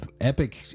Epic